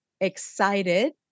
excited